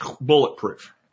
bulletproof